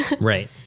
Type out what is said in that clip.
Right